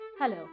Hello